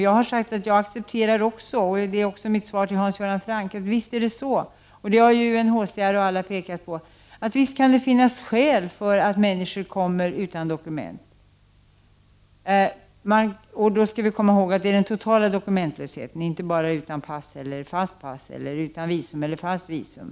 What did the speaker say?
Jag har sagt, vilket också är mitt svar till Hans Göran Franck, att det visst kan finnas skäl för människor att komma utan dokument, vilket även UNHCR och andra har påpekat. Och då skall vi komma ihåg att det handlar om människor som inte har några dokument alls — inte sådana människor som saknar pass eller har falskt pass, eller sådana som saknar visum eller falskt visum.